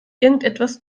irgendetwas